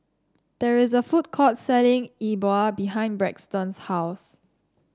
there is a food court selling Yi Bua behind Braxton's house